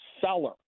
seller